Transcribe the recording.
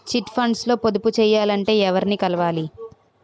Chit funds లో పొదుపు చేయాలంటే ఎవరిని కలవాలి?